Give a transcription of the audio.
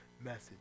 message